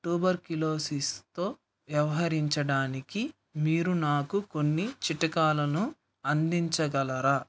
ట్యూబర్క్యులోసిస్తో వ్యవహరించడానికి మీరు నాకు కొన్ని చిట్కాలను అందించగలరా